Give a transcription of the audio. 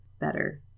better